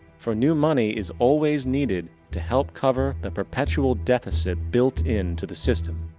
for new money is always needed to help cover the perpetual deficit build into the system,